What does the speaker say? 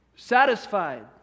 Satisfied